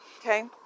Okay